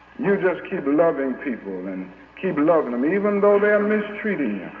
you just keep loving people and keep loving them, even though they're mistreating